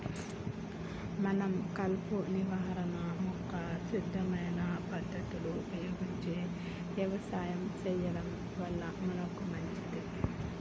మనం కలుపు నిర్వహణ యొక్క స్థిరమైన పద్ధతులు ఉపయోగించి యవసాయం సెయ్యడం వల్ల మనకే మంచింది